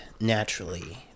naturally